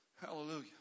Hallelujah